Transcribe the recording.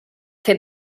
fer